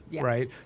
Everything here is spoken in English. right